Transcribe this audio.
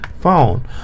phone